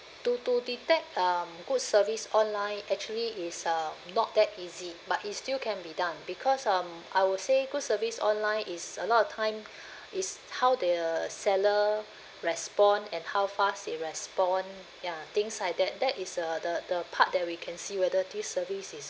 to to detect um good service online actually it's uh not that easy but it still can be done because um I would say good service online is a lot of time is how the seller respond and how fast they respond ya things like that that is a the the part that we can see whether this service is